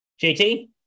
JT